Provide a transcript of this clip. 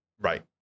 Right